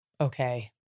okay